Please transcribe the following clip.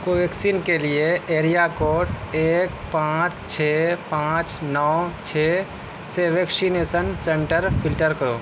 کوویکسین کے لیے area code ایک پانچ چھ پانچ نو چھ سے ویکشینیسن سنٹر فلٹر کرو